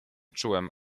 czułem